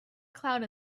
cloud